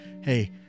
hey